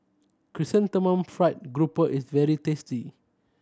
Chrysanthemum Fried Grouper is very tasty